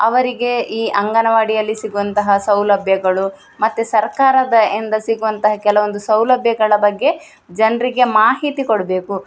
ಅವರಿಗೆ ಈ ಅಂಗನವಾಡಿಯಲ್ಲಿ ಸಿಗುವಂತಹ ಸೌಲಭ್ಯಗಳು ಮತ್ತು ಸರ್ಕಾರದ ಇಂದ ಸಿಗುವಂತಹ ಕೆಲವೊಂದು ಸೌಲಭ್ಯಗಳ ಬಗ್ಗೆ ಜನರಿಗೆ ಮಾಹಿತಿ ಕೊಡಬೇಕು